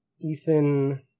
Ethan